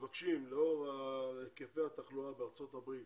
מבקשים לאור היקפי התחלואה בארצות הברית